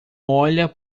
olha